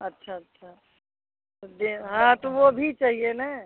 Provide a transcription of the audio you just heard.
अच्छा अच्छा तो दे हाँ तो वह भी चाहिए ना